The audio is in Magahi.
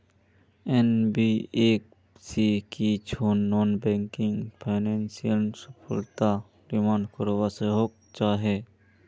एन.बी.एफ.सी की छौ नॉन बैंकिंग फाइनेंशियल फसलोत डिमांड करवा सकोहो जाहा?